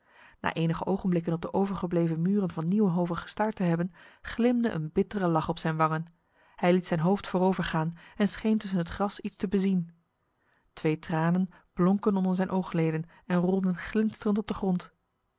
na enige ogenblikken op de overgebleven muren van nieuwenhove gestaard te hebben glimde een bittere lach op zijn wangen hij liet zijn hoofd voorover gaan en scheen tussen het gras iets te bezien twee tranen blonken onder zijn oogleden en rolden glinsterend op de grond